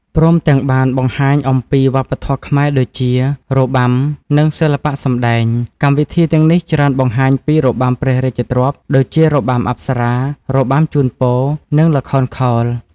ព្រមទាំងបានបង្ហាញអំពីវប្បធម៌ខ្មែរដូចជា របាំ និងសិល្បៈសម្តែង កម្មវិធីទាំងនេះច្រើនបង្ហាញពី របាំព្រះរាជទ្រព្យ ដូចជា របាំអប្សរា របាំជូនពរ និងល្ខោនខោល។